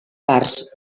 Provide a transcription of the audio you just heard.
parts